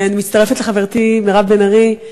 אני מצטרפת לחברתי מירב בן ארי,